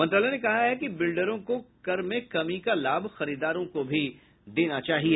मंत्रालय ने कहा है कि बिल्डरों को कर में कमी का लाभ खरीदारों को भी देना चाहिए